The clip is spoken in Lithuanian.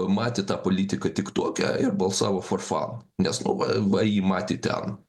matė tą politiką tiktoke ir balsavo for fun nes nu va va jį matė ten